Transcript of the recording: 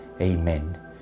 Amen